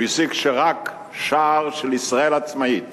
הוא הסיק שרק שער של ישראל עצמאית